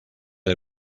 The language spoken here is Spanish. del